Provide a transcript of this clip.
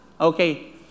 okay